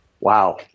Wow